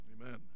Amen